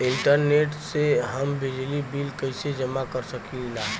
Internet से हम बिजली बिल कइसे जमा कर सकी ला?